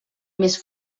més